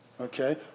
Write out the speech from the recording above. Okay